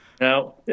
Now